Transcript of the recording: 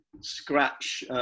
scratch